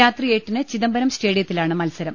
രാത്രി എട്ടിന് ചിദംബരം സ്റ്റേഡിയ ത്തിലാണ് മത്സരം